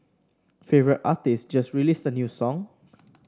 favourite artist just released a new song